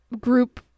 group